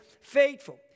faithful